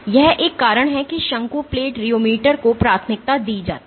यह एक कारण है कि शंकु प्लेट रियोमीटर को प्राथमिकता दी जाती है